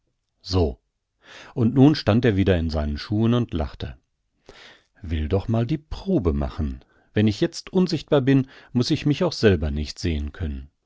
so und nun stand er wieder in seinen schuhen und lachte will doch mal die probe machen wenn ich jetzt unsichtbar bin muß ich mich auch selber nicht sehen können